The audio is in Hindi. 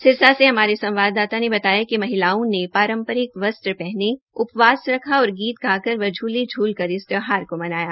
सिरसा से हमारे संवाददाता ने बताया कि महिलाओं ने पारम्परिक वस्त्र पहने उपवास रखा और गीत गाकर व झूले झूल कर इस त्यौहार को मनाया